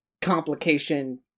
complication